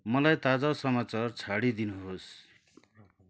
मलाई ताजा समाचार छाडिदिनुहोस्